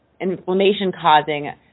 inflammation-causing